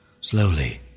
Slowly